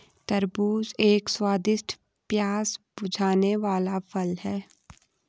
तरबूज एक स्वादिष्ट, प्यास बुझाने वाला फल है